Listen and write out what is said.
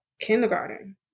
kindergarten